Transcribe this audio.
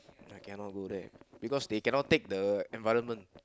cannot go there because they cannot take the environment